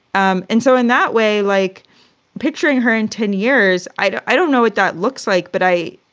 um and so in that way, like picturing her in ten years, i don't i don't know what that looks like, but i,